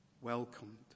welcomed